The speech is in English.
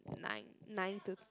nine nine two